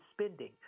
spending